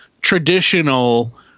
traditional